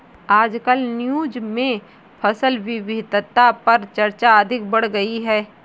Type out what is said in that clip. आजकल न्यूज़ में फसल विविधता पर चर्चा अधिक बढ़ गयी है